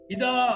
Ida